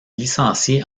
licencié